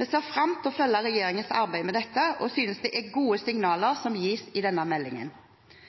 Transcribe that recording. Vi ser fram til å følge regjeringens arbeid med dette og synes det er gode signaler som gis i denne meldingen.